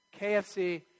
KFC